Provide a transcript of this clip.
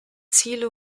ziele